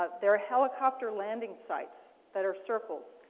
ah there are helicopter landing sites that are circles.